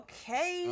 Okay